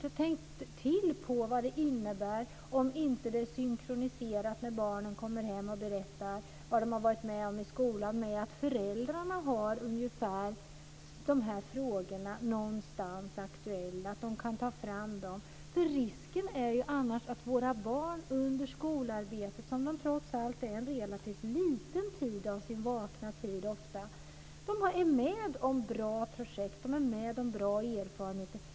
Jag har tänkt på vad det innebär, när barnen kommer hem och berättar vad de har varit med om i skolan, att det inte är synkroniserat med att föräldrarna har ungefär de frågorna aktuella någonstans så att de kan ta fram dem. Våra barn ägnar trots allt en relativt liten del av sin vakna tid åt skolarbete. De är med om bra projekt och får bra erfarenheter.